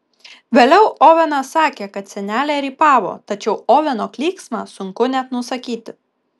vėliau ovenas sakė kad senelė rypavo tačiau oveno klyksmą sunku net nusakyti